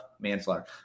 manslaughter